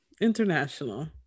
international